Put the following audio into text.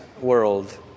world